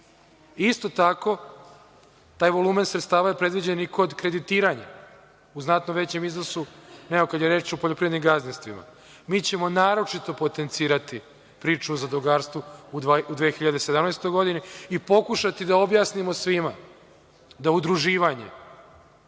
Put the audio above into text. tako, taj volumen sredstava je predviđen i kod kreditiranja, u znatno većem iznosu nego kada je reč o poljoprivrednim gazdinstvima. Mi ćemo naročito potencirati priču o zadrugarstvu u 2017. godini i pokušati da objasnimo svima da udruživanje